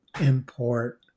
import